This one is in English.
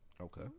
Okay